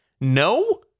No